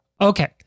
Okay